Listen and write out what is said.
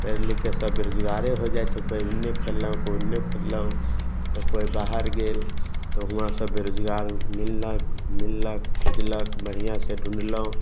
पढ़ि लिखिके सब बेरोजगारे हो जाइ छै कोइ उन्ने खेललक कोइ ओन्ने कुदलक तऽ कोइ बाहर गेल तऽ हुवाँ सब बेरोजगार मिललक मिललक खोजलक बढ़िआँसँ ढूंढ़लहुँ